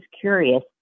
curious